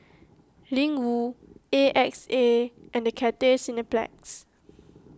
Ling Wu A X A and Cathay Cineplex